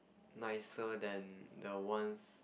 nicer than the ones